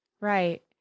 Right